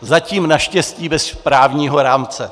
zatím naštěstí bez právního rámce.